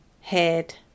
head